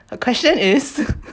the question is